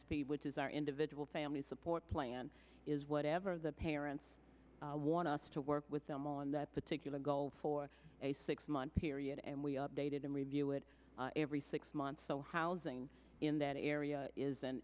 our which is our individual family support plan is whatever the parents i want us to work with them on that particular goal for a six month period and we updated and review it every six months so housing in that area is an